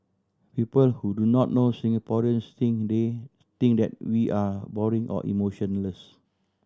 people who do not know Singaporeans think they think that we are boring or emotionless